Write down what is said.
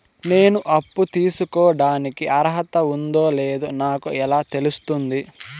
నేను అప్పు తీసుకోడానికి అర్హత ఉందో లేదో నాకు ఎలా తెలుస్తుంది?